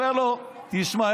הוא אומר לו: תשמע,